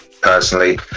personally